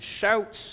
shouts